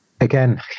Again